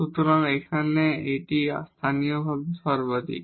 সুতরাং এখানে এটি মাক্সিমাম লোকালি